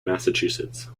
massachusetts